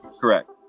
Correct